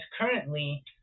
currently